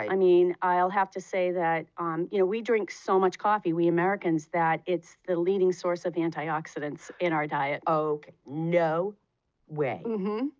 i mean, i'll have to say that um you know we drink so much coffee, we americans, that it's the leading source of antioxidants in our diet. okay, no way.